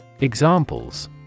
Examples